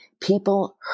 people